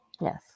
Yes